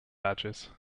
badges